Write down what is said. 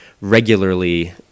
regularly